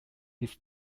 its